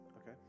Okay